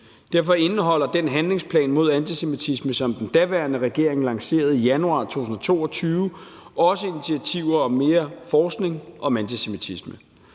Derfor indeholder den handlingsplan mod antisemitisme, som den daværende regering lancerede i januar 2022, også initiativer om mere forskning om antisemitisme.